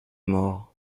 mort